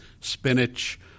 spinach